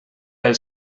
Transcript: pel